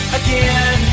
again